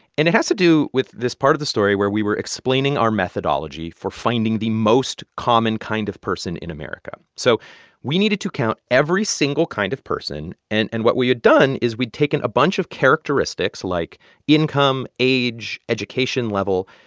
and it has to do with this part of the story where we were explaining our methodology for finding the most common kind of person in america so we needed to count every single kind of person, and and what we had done is we'd taken a bunch of characteristics, like income, age, education level,